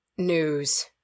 news